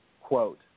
Quote